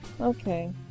Okay